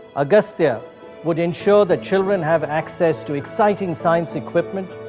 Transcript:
agastya would ensure that children have access to exciting science equipment,